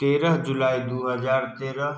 तेरह जुलाइ दुइ हजार तेरह